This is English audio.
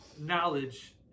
knowledge